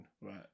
right